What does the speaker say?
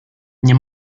nie